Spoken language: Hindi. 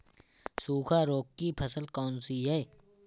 सूखा रोग की फसल कौन सी है?